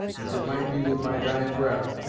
as it might be with my dyin' breath,